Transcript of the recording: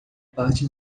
parte